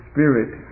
Spirit